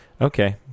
Okay